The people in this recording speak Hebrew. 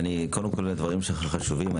הדברים שלך חשובים.